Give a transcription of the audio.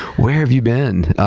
where have you been?